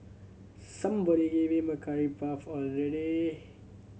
somebody give him a curry puff already